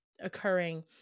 occurring